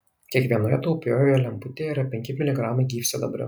kiekvienoje taupiojoje lemputėje yra penki miligramai gyvsidabrio